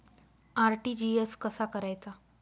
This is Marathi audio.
आर.टी.जी.एस कसा करायचा?